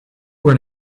were